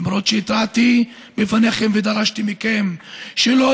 למרות שהתרעתי בפניכם ודרשתי מכם שלא